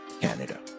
Canada